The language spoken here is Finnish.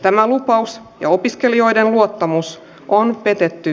tämä lupaus ja opiskelijoiden luottamus on peitetty